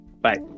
Bye